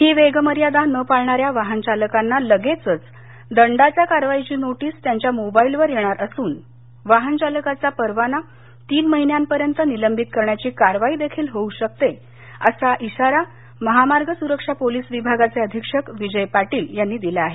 ही वेग मर्यादा न पाळणाऱ्या वाहन चालकांना लगेचच दंडाच्या कारवाईची नोटीस त्यांच्या मोबाईलवर येणार असून वाहन चालकाचा परवाना तीन महिन्या पर्यंत निलंबित करण्याची कारवाई देखील होऊ शकेल असा इशारा महामार्ग सुरक्षा पोलीस विभागाचे अधीक्षक विजय पाटील यांनी दिला आहे